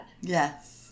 yes